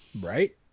right